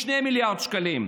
2 מיליארד שקלים,